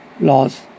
laws